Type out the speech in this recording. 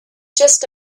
just